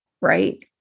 right